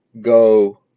go